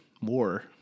more